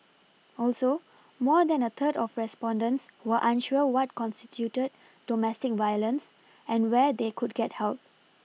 also more than a third of respondents were unsure what constituted domestic violence and where they could get help